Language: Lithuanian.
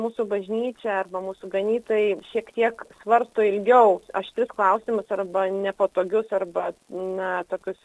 mūsų bažnyčia arba mūsų ganytojai šiek tiek svarsto ilgiau aštrius klausimus arba nepatogius arba na tokius